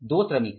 2 श्रमिक है